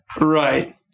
right